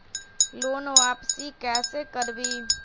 Loan वापसी कैसे करबी?